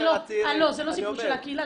זה לא סיפור של הקהילה,